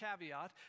caveat